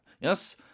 Yes